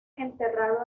enterrado